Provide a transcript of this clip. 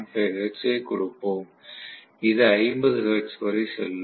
5 hertz கொடுப்போம் இது 50 hertz வரை செல்லும்